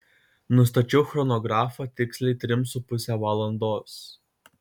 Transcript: nustačiau chronografą tiksliai trim su puse valandos